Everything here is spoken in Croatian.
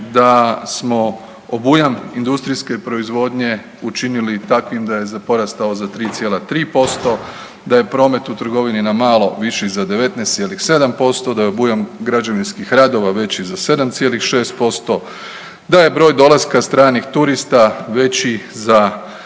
da smo obujam industrijske proizvodnje učinili takvim da je porastao za 3,3%, da je promet u trgovini na malo viši za 19,7%, da je obujam građevinskih radova veći za 7,6%, da je broj dolaska stranih turista veći za